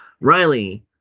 riley